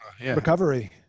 recovery